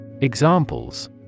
examples